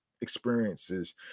experiences